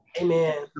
Amen